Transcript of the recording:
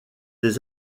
des